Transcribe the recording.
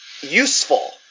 useful